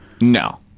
No